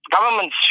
government